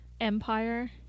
empire